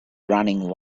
running